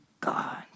God